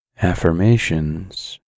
Affirmations